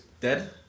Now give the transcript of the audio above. dead